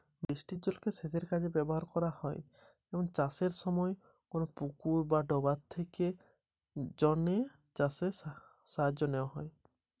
বৃষ্টির জলকে কিভাবে সেচের কাজে লাগানো যায়?